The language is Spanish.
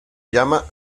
llama